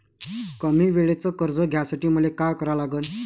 कमी वेळेचं कर्ज घ्यासाठी मले का करा लागन?